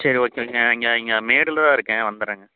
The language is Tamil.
சரி ஓகே வைங்க இங்கே இங்கே மேடூரில் தான் இருக்கேன் வந்துடுறேங்க